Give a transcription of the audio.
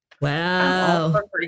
wow